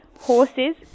horses